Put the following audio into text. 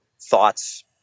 thoughts